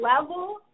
level